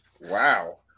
Wow